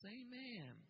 Amen